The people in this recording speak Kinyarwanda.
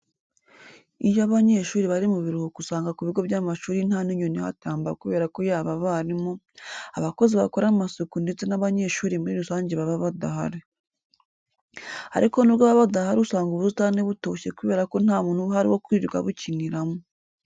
Iyo abanyeshuri bari mu biruhuko usanga ku bigo by'amashuri nta n'inyoni ihatamba kubera ko yaba abarimu, abakozi bakora amasuku ndetse n'abanyeshuri muri rusange baba badahari. Ariko nubwo baba badahari usanga ubusitani butoshye kubera ko nta muntu uba uhari wo kwirirwa abukiniramo.